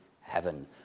heaven